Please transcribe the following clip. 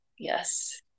Yes